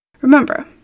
Remember